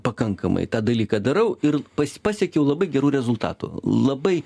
pakankamai tą dalyką darau ir pasiekiau labai gerų rezultatų labai